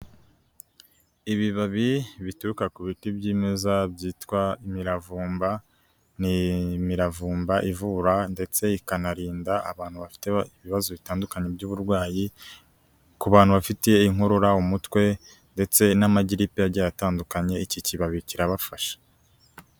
Ibibabi bituruka ku biti byimeza byitwa imiravumba, ni imiravumba ivura ndetse ikanarinda abantu bafite ibibazo bitandukanye by'uburwayi, ku bantu bafitiye inkorora, umutwe ndetse n'amagiripe agiye atandukanye, iki kibabi kirabafasha.